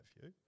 view